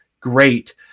great